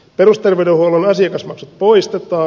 perusterveydenhuollon asiakasmaksut poistetaan